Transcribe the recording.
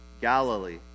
Galilee